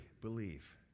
believe